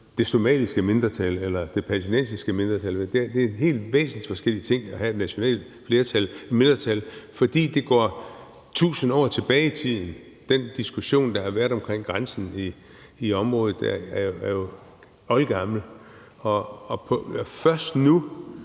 det somaliske mindretal eller det palæstinensiske mindretal. Det er en helt væsensforskellig ting at have et nationalt mindretal, fordi det går tusind år tilbage i tiden. Den diskussion, der har været omkring grænsen i området, er jo oldgammel, og jeg